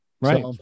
Right